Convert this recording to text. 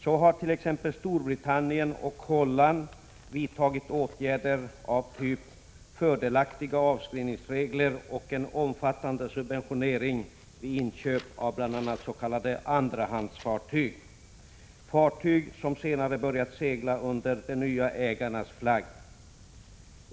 Så har t.ex. Storbritannien och Holland vidtagit åtgärder av typ fördelaktiga avskrivningsregler och en omfattande subventionering vid inköp av bl.a. s.k. andrahandsfartyg, fartyg som senare börjat segla under de nya ägarnas flagg.